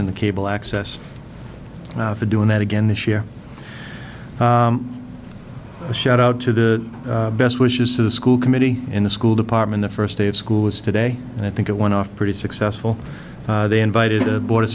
in the cable access for doing that again this year a shout out to the best wishes to the school committee in the school department the first day of school was today and i think it went off pretty successful they invited a board